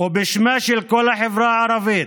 ובשמה של כל החברה הערבית,